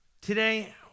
Today